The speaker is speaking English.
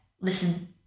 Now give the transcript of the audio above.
listen